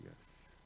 yes